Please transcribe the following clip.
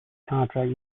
contract